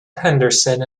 henderson